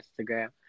Instagram